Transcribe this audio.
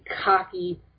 cocky